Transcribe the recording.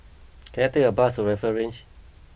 can I take a bus to Rifle Range